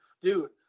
dude